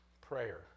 prayer